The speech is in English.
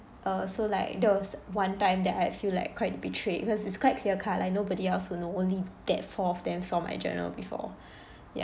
uh so like that was one time that I feel like quite betrayed because it's quite clear cut like nobody else will know only that four of them saw my journal before ya